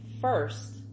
first